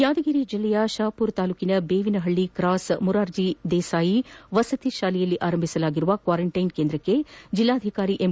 ಯಾದಗಿರಿ ಜಿಲ್ಲೆಯ ಶಹಪುರ ತಾಲೂಕಿನ Bevinahalli cross Morarji Desai ವಸತಿ ಶಾಲೆಯಲ್ಲಿ ಆರಂಭಿಸಲಾದ ಕ್ವಾರಂಟೈನ್ ಕೇಂದ್ರಕ್ಕೆ ಜಿಲ್ಲಾಧಿಕಾರಿ ಎಂ